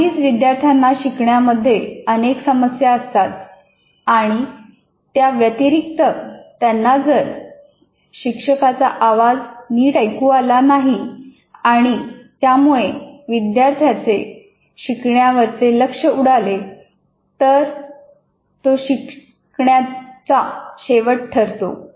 आधीच विद्यार्थ्यांना शिकण्या मध्ये अनेक समस्या असतात आणि त्याव्यतिरिक्त त्यांना जर शिक्षकाचा आवाज नीट ऐकू आला नाही आणि त्यामुळे विद्यार्थ्यांचे शिकण्यावर चे लक्ष उडाले तर तो शिकण्याचा शेवट ठरतो